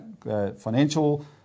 Financial